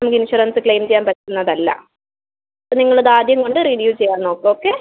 നമുക്ക് insurance claim ചെയ്യാൻ പറ്റുന്നതല്ല നിങ്ങൾ അത് ആദ്യം കൊണ്ട് റിന്യൂ ചെയ്യാൻ നോക്കൂ ഓക്കെ